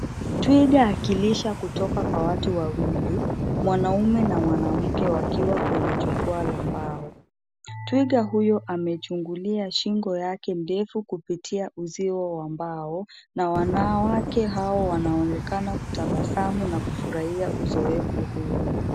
Twiga akilisha kutoka kwa watu wawili , mwanaume na mwanamke wakiwa kwenye jukwaa la mbao. Twiga huyo amechungulia shingo yake ndefu kupitia uzio wa mbao na wanawake hawa wanaonekana kutabasamu na kufurahia uzoefu huo.